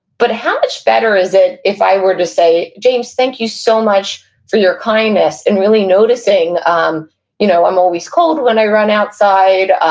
but, how much better is it if i were to say, james, thank you so much for your kindness, and really noticing um you know i'm always cold when i run outside.